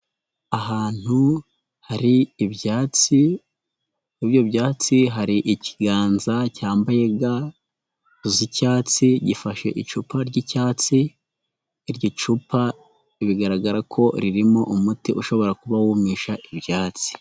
Ahantu hari ibyatsi, kuri ibyo byatsi hari ikiganza cyambaye ga z'icyatsi, gifashe icupa ry'icyatsi, iryo cupa bigaragara ko ririmo umuti ushobora kuba wumisha ibyatsi.